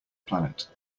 planet